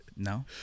no